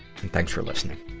and thanks for listening.